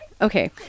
Okay